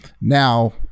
now